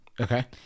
Okay